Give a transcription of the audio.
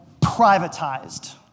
privatized